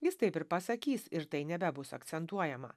jis taip ir pasakys ir tai nebebus akcentuojama